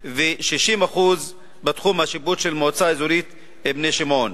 וכ-60% בתחום השיפוט של מועצה אזורית בני-שמעון.